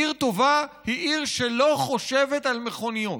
עיר טובה היא עיר שלא חושבת על מכוניות.